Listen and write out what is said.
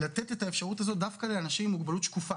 לתת את האפשרות הזאת דווקא לאנשים עם מוגבלות שקופה,